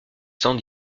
cent